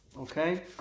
Okay